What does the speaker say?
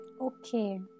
Okay